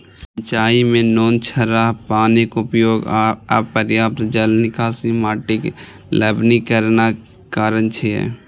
सिंचाइ मे नोनछराह पानिक उपयोग आ अपर्याप्त जल निकासी माटिक लवणीकरणक कारण छियै